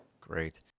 great